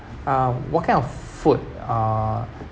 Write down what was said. uh what kind of food uh